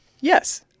Yes